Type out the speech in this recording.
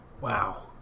wow